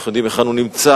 אנחנו יודעים היכן הוא נמצא,